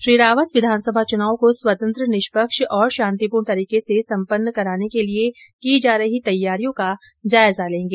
श्री रावत विधानसभा चूनाव को स्वतंत्र निष्पक्ष और शांतिपूर्ण तरीके से सम्पन्न कराने के लिए की जा रही तैयारियाँ का जायजा लेंगे